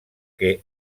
què